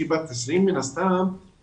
שהיא מן הסתם בת 20,